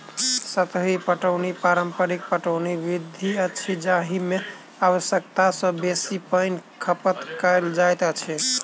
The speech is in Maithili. सतही पटौनी पारंपरिक पटौनी विधि अछि जाहि मे आवश्यकता सॅ बेसी पाइनक खपत कयल जाइत अछि